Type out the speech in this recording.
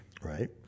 Right